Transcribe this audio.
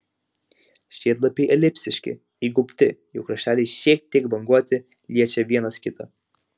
žiedlapiai elipsiški įgaubti jų krašteliai šiek tiek banguoti liečia vienas kitą